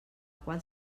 qual